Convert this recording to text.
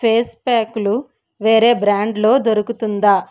face ప్యాక్లు వేరే బ్రాండ్లో దొరుకుతుంద